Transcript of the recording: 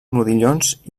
modillons